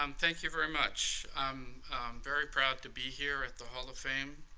um thank you very much. i'm very proud to be here at the hall of fame.